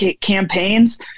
campaigns